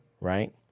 right